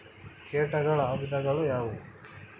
ಕೇಟಗಳ ವಿಧಗಳು ಯಾವುವು?